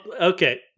okay